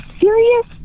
serious